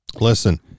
Listen